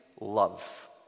love